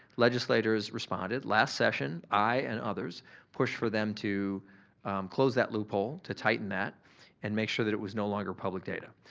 legislators responded. last session i and others pushed for them to close that loophole, to tighten that and make sure that it was no longer public data.